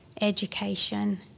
education